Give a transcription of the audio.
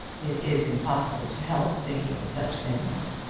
it is impossible to help thinking of such things.